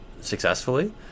successfully